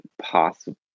possible